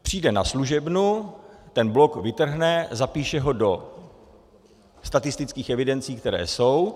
Přijde na služebnu, ten blok vytrhne, zapíše ho do statistických evidencí, které jsou.